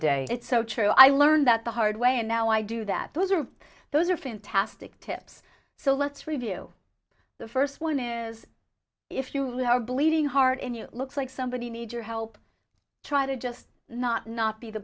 day it's so true i learned that the hard way and now i do that those are those are fantastic tips so let's review the first one is if you are bleeding heart in you looks like somebody needs your help try to just not not be the